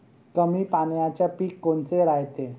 कमी पाण्याचे पीक कोनचे रायते?